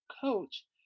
coach